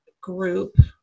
group